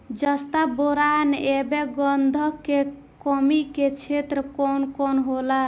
जस्ता बोरान ऐब गंधक के कमी के क्षेत्र कौन कौनहोला?